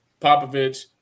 Popovich